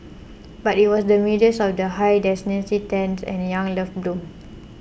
but it was in the midst of these high density tents and young love bloomed